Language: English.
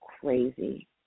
crazy